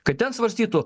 kad ten svarstytų